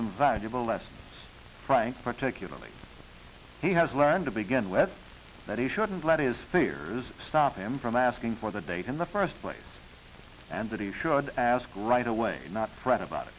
some valuable lessons frank particularly he has learned to begin with that he shouldn't let is fears stop him from asking for the date in the first place and that he should ask right away not fret about it